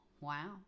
wow